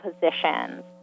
positions